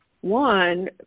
one